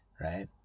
right